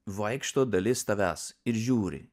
vaikšto dalis tavęs ir žiūri